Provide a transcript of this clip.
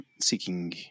seeking